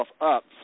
up